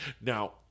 Now